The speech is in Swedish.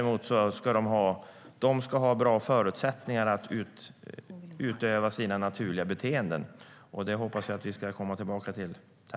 Minkarna ska ha bra förutsättningar att utöva sina naturliga beteenden, och det hoppas jag att vi ska komma tillbaka till.